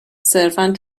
صرفا